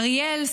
אריאל,